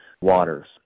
waters